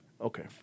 Okay